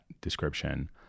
description